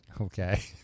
Okay